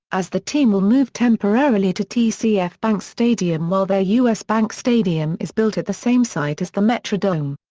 as the team will move temporarily to tcf bank stadium while their u s. bank stadium is built at the same site as the metrodome.